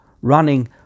running